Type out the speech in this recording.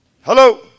hello